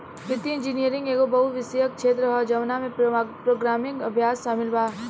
वित्तीय इंजीनियरिंग एगो बहु विषयक क्षेत्र ह जवना में प्रोग्रामिंग अभ्यास शामिल बा